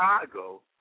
Chicago